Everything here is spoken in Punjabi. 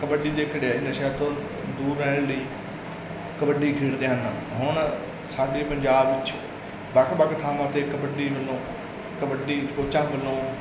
ਕਬੱਡੀ ਦੇ ਖਿਡਾਈ ਨਸ਼ਾ ਤੋਂ ਦੂਰ ਰਹਿਣ ਲਈ ਕਬੱਡੀ ਖੇਡਦੇ ਹਨ ਹੁਣ ਸਾਡੇ ਪੰਜਾਬ ਵਿੱਚ ਵੱਖ ਵੱਖ ਥਾਵਾਂ 'ਤੇ ਕਬੱਡੀ ਵੱਲੋਂ ਕਬੱਡੀ ਕੋਚਾਂ ਵੱਲੋਂ